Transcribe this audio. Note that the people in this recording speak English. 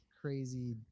crazy